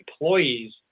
employees